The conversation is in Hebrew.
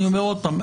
אני אומר עוד פעם,